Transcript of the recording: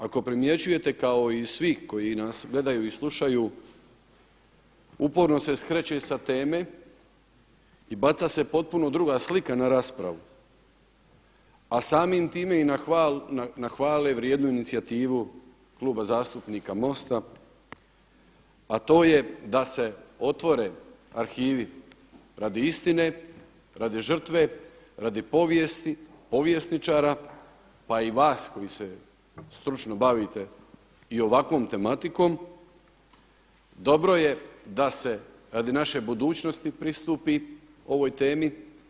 Ako primjećujete kao i svi koji nas gledaju i slušaju uporno se skreće sa teme i baca se potpuno druga slika na raspravu, a samim time i na hvale vrijednu inicijativu Kluba zastupnika Mosta, a to je da se otvore arhivi radi istine, radi žrtve, radi povijesti, povjesničara, pa i vas koji se stručno bavite i ovakvom tematikom, dobro je da se radi naše budućnosti pristupi ovoj temi.